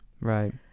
Right